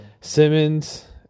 Simmons